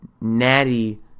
Natty